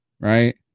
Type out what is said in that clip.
Right